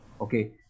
okay